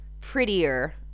prettier